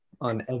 on